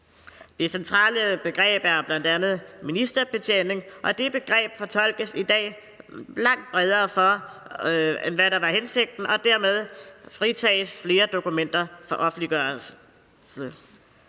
Det centrale begreb er bl.a. ministerbetjening, og det begreb fortolkes i dag langt bredere, end hvad der var hensigten, og dermed fritages flere dokumenter for offentliggørelse.